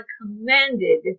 commanded